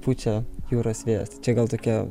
pučia jūros vėjas čia gal tokia